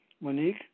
Monique